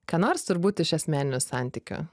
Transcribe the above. ką nors turbūt iš asmeninių santykių